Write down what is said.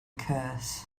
curse